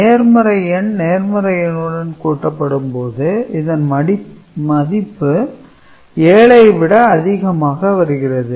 நேர்மறை எண் நேர்மறையுடன் கூட்டப்படும் போது இதன் மதிப்பு 7ஐ விட அதிகமாக வருகிறது